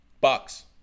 Bucks